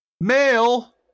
male